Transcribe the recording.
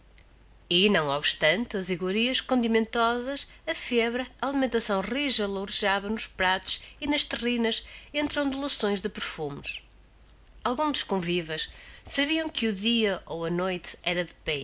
e não obstante as iguarias condimentosas a febra a alimentação rija lourejava nos pratos e nas terrinas entre ondulações de perfumes alguns dos convivas sabiam que o dia ou a noite era